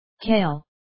Kale